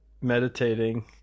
meditating